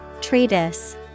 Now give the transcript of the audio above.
Treatise